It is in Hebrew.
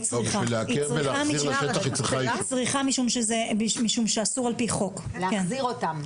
היא צריכה משום שאסור על פי חוק להחזיר אותם.